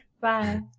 Bye